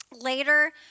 Later